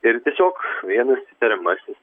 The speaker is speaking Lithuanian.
ir tiesiog vienas įtariamasis